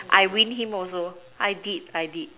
I win him also I did I did